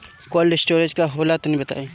Cold storage का होला तनि बताई?